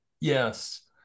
yes